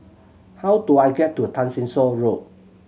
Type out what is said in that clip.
how do I get to Tessensohn Road